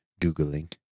Googling